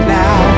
now